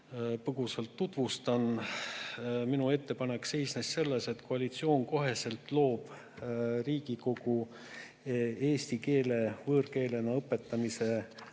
põgusalt ka tutvustan. Minu ettepanek seisnes selles, et koalitsioon looks koheselt Riigikogu eesti keele võõrkeelena õpetamise